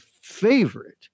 favorite